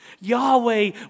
Yahweh